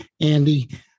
Andy